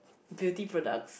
beauty products